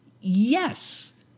Yes